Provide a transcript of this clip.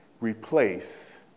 replace